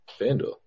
FanDuel